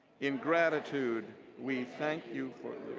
in gratitude we thank you for